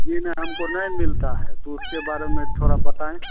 जी नहीं हमको नहीं मिलता है तो उसके बारे में तोड़ा बताएँ